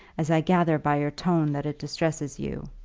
as i gather by your tone that it distresses you.